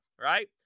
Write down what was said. right